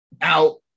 Now